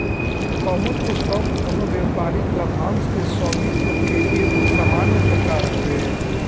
common stock कवनो व्यापारिक लाभांश के स्वामित्व के एगो सामान्य प्रकार हवे